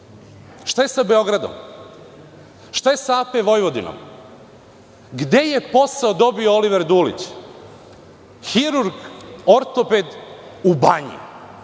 Šta je sa Beogradom? Šta je sa AP Vojvodinom? Gde je posao dobio Oliver Dulić? Hirurg, ortoped u